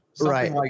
Right